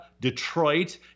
Detroit